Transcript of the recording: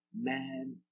man